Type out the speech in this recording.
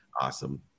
awesome